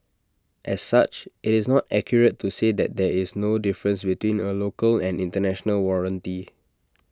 as such IT is not accurate to say that there is no difference between A local and International warranty